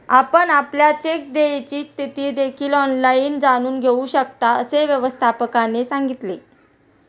आपण आपल्या चेक देयची स्थिती देखील ऑनलाइन जाणून घेऊ शकता, असे व्यवस्थापकाने सांगितले